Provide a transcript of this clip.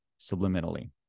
subliminally